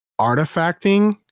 artifacting